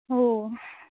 ओ